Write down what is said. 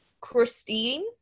Christine